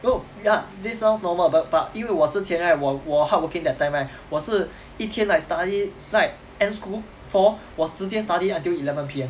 no ya this sounds normal but but 因为我之前 right 我我 hardworking that time right 我是一天 like study like end school four 我直接 study until eleven P_M